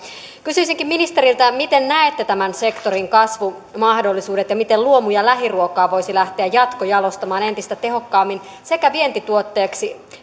kysyisinkin ministeriltä miten näette tämän sektorin kasvumahdollisuudet ja miten luomu ja lähiruokaa voisi lähteä jatkojalostamaan entistä tehokkaammin sekä vientituotteiksi